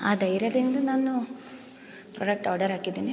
ಆ ಧೈರ್ಯದಿಂದ ನಾನು ಪ್ರಾಡಕ್ಟ್ ಆರ್ಡರ್ ಹಾಕಿದ್ದೀನಿ